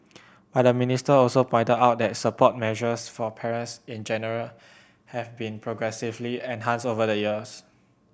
but the minister also pointed out that support measures for parents in general have been progressively enhanced over the years